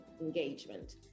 engagement